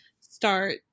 start